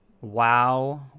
Wow